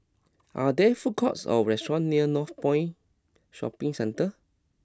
are there food courts or restaurants near Northpoint Shopping Centre